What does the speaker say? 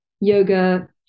yoga